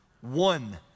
one